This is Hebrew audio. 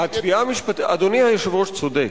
אדוני היושב-ראש צודק.